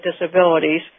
disabilities